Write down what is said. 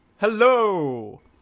Hello